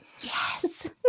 Yes